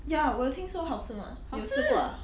ya 我有听说好吃 mah 你有吃过 ah